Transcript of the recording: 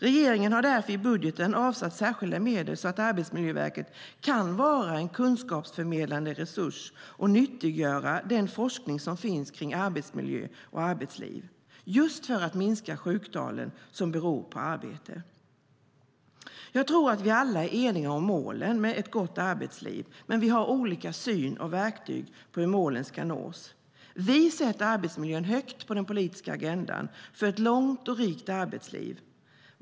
Regeringen har därför i budgeten avsatt särskilda medel så att Arbetsmiljöverket kan vara en kunskapsförmedlande resurs och nyttiggöra den forskning som finns kring arbetsmiljö och arbetsliv just för att minska sjuktalen som beror på arbete. Jag tror att vi alla är eniga om målen med ett gott arbetsliv men att vi har olika syn på och verktyg för hur målen ska nås. Vi sätter arbetsmiljön högt på den politiska agendan för ett långt och rikt arbetsliv.